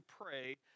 pray